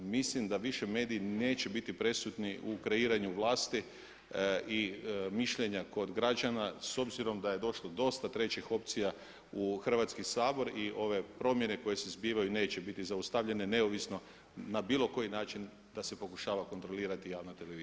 Mislim da više mediji neće biti presudni u kreiranju vlasti i mišljenja kod građana s obzirom da je došlo dosta trećih opcija u Hrvatski sabor i ove promjene koje se zbivaju neće biti zaustavljene neovisno na bilo koji način da se pokušava kontrolirati javna televizija.